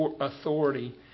authority